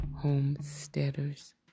homesteaders